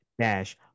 dash